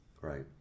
Right